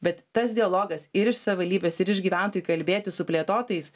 bet tas dialogas ir iš savivaldybės ir iš gyventojų kalbėtis su plėtotojais